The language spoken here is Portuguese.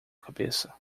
cabeça